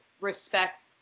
respect